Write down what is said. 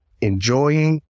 enjoying